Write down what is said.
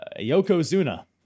Yokozuna